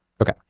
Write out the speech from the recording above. Okay